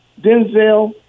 Denzel